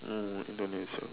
mm Indonesian